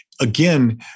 again